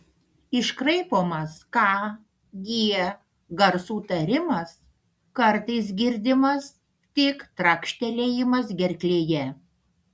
iškraipomas k g garsų tarimas kartais girdimas tik trakštelėjimas gerklėje